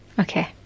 Okay